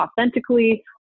authentically